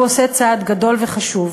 הוא עושה צעד גדול וחשוב,